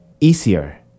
easier